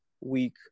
week